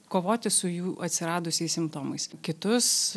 kovoti su jų atsiradusiais simptomais kitus